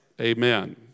amen